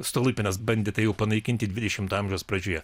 stolypinas bandė tai jau panaikinti dvidešimto amžiaus pradžioje